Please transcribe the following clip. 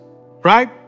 right